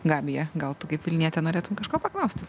gabija gal tu kaip vilnietė norėtum kažko paklaust